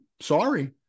Sorry